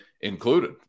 included